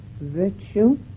virtue